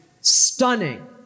stunning